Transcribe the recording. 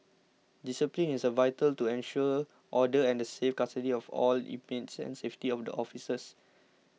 discipline is vital to ensure order and the safe custody of all inmates and safety of the officers